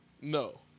No